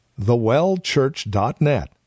thewellchurch.net